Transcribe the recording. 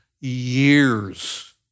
years